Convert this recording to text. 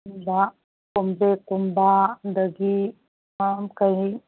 ꯀꯣꯝꯄ꯭ꯔꯦꯛꯀꯨꯝꯕ ꯑꯗꯒꯤ ꯀꯔꯤ